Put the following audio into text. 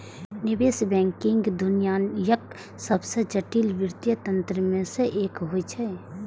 निवेश बैंकिंग दुनियाक सबसं जटिल वित्तीय तंत्र मे सं एक होइ छै